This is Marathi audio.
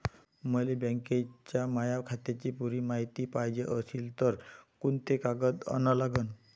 मले बँकेच्या माया खात्याची पुरी मायती पायजे अशील तर कुंते कागद अन लागन?